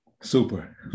super